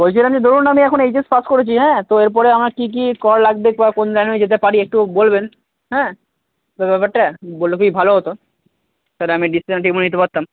বলছিলাম যে ধরুন আমি এখন এইচএস পাশ করেছি হ্যাঁ তো এরপরে আমার কী কী করা লাগবে বা কোন লাইনে যেতে পারি একটু বলবেন হ্যাঁ ব্যাপারটা বললে খুবই ভালো হতো তাহলে আমি ডিসিশন ঠিকমতো নিতে পারতাম